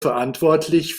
verantwortlich